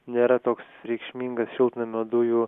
nėra toks reikšmingas šiltnamio dujų